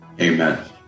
amen